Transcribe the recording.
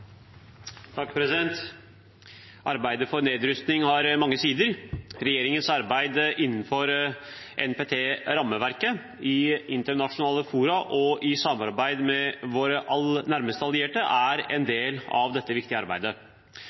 Arbeidet for nedrustning har mange sider. Regjeringens arbeid innenfor NPT-rammeverket i internasjonale fora og i samarbeid med våre nærmeste allierte er en del av dette viktige arbeidet.